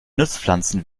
nutzpflanzen